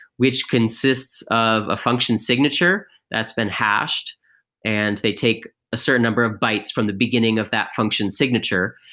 which consists of a function signature that's been hashed and they take a certain number of bytes from the beginning of that function signature.